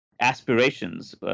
aspirations